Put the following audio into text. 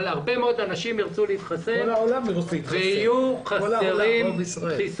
אבל הרבה מאוד אנשים ירצו להתחסן ויהיו חסרים חיסונים.